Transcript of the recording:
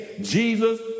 Jesus